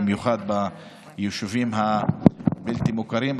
במיוחד ביישובים הבלתי-מוכרים,